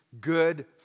good